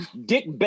dick